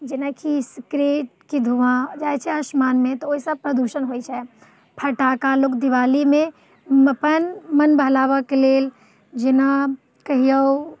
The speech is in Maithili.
जेनाकि सिग्रेटके धुआँ जाइत छै असमानमे तऽ ओहिसँ प्रदूषण होइत छै फटाका लोग दिवालीमे अपन मन बहलाबके लेल जेना कहियौ